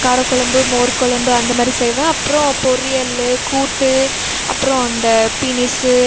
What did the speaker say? கார கொழம்பு மோர் கொழம்பு அந்த மாதிரி செய்வேன் அப்புறம் பொரியல் கூட்டு அப்புறம் அந்த பினிஸ்ஸு